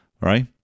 right